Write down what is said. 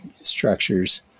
structures